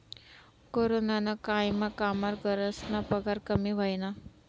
कोरोनाना कायमा कामगरस्ना पगार कमी व्हयना